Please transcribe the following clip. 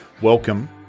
welcome